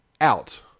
out